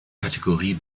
kategorie